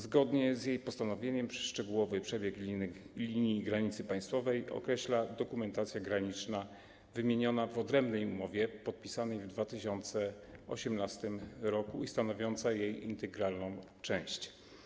Zgodnie z jej postanowieniem szczegółowy przebieg linii granicy państwowej określa dokumentacja graniczna wymieniona w odrębnej umowie, podpisanej w 2018 r. i stanowiącej jej integralną część.